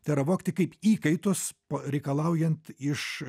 tai yra vogti kaip įkaitus reikalaujant iš